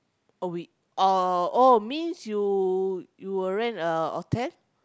oh wait or oh means you you will rent a hotel